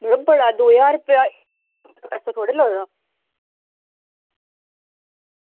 मड़ो बड़ा दौ ज्हार रपेआ ऐसे थोह्ड़े लगदा